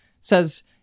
says